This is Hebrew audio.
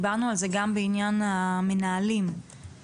דיברנו על זה גם בעניין המנהלים שיש